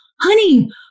honey